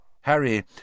Harry